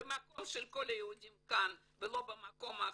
והמקום של כל היהודים כאן ולא במקום אחר.